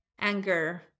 anger